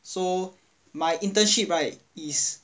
so my internship right is